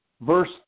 verse